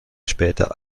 später